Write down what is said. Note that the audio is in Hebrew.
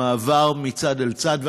המעבר מצד אל צד,